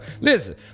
Listen